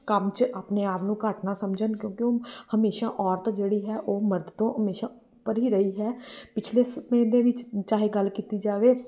ਕੰਮ 'ਚ ਆਪਣੇ ਆਪ ਨੂੰ ਘੱਟ ਨਾ ਸਮਝਣ ਕਿਉਂਕਿ ਉਹ ਹਮੇਸ਼ਾ ਔਰਤ ਜਿਹੜੀ ਹੈ ਉਹ ਮਰਦ ਤੋਂ ਹਮੇਸ਼ਾ ਉੱਪਰ ਹੀ ਰਹੀ ਹੈ ਪਿਛਲੇ ਸਮੇਂ ਦੇ ਵਿੱਚ ਚਾਹੇ ਗੱਲ ਕੀਤੀ ਜਾਵੇ